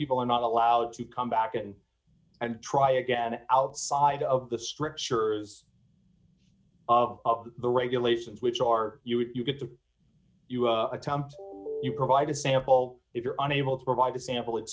people are not allowed to come back in and try again outside of the strictures of the regulations which are you would you could say you attempt to provide a sample if you're unable to provide a sample it